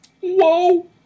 Whoa